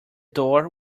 door